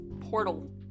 portal